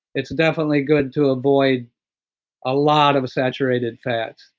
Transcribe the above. it's definitely good to avoid a lot of saturated fats,